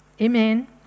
Amen